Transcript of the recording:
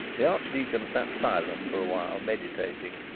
the archdeacon sat silent for awhile, meditating,